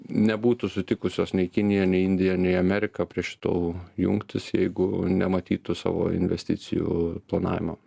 nebūtų sutikusios nei kinija nei indija nei amerika prie šitų jungtis jeigu nematytų savo investicijų planavimo